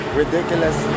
ridiculous